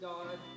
God